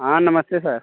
हाँ नमस्ते सर